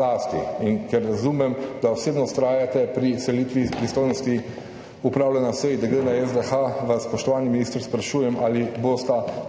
lasti. In ker razumem, da osebno vztrajate pri selitvi pristojnosti upravljanja SiDG na SDH, vas, spoštovani minister, sprašujem: Ali bosta